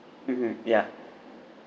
hmm mm ya